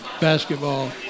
basketball